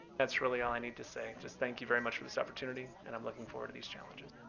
that's really all i need to say. just thank you very much for this opportunity and i'm looking forward to these challenges.